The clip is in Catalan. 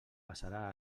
passarà